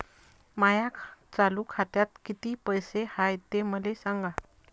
माया चालू खात्यात किती पैसे हाय ते मले सांगा